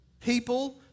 People